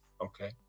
Okay